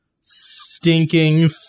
stinking